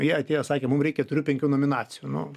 jie atėjo sakė mums reikia keturių penkių nominacijų nu